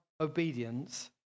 obedience